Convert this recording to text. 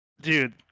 dude